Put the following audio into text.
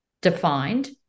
defined